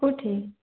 କେଉଁଠି